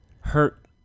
hurt